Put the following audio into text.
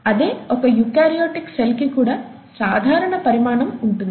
అదే ఒక eukaryotic cell కి కూడా సాధారణ పరిమాణం ఉంటుంది